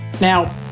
Now